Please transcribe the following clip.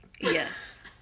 Yes